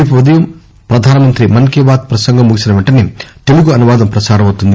రేపు ఉదయం ప్రధానమంత్రి మన్ కీ బాత్ ప్రసంగం ముగిసిన వెంటనే తెలుగు అనువాదం ప్రసారమవుతుంది